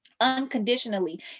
unconditionally